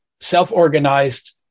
self-organized